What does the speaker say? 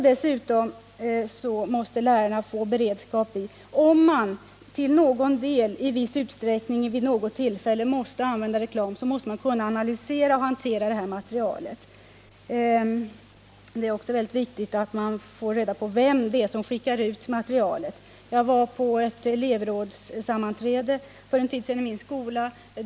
Dessutom måste lärarna få en beredskap, så att de, om de i viss mån vid något tillfälle måste använda reklam, kan analysera och hantera detta material. Det är också mycket viktigt att man får reda på vem det är som skickar ut materialet. Jag var för en tid sedan på ett elevrådssammanträde i en skola.